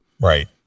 Right